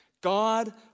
God